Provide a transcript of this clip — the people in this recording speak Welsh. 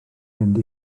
mynd